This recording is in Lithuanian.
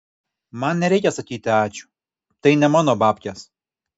man nereikia sakyti ačiū tai ne mano babkės